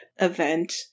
event